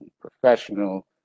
professional